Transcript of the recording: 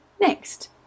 next